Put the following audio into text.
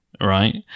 right